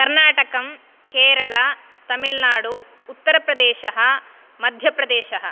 कर्णाटकं केरला तमिल्नाडु उत्तरप्रदेशः मध्यप्रदेशः